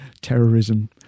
terrorism